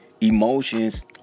emotions